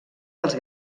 dels